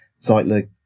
Zeitler